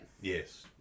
Yes